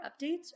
updates